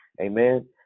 Amen